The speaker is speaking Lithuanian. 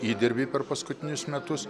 įdirbį per paskutinius metus